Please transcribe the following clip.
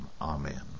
Amen